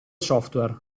software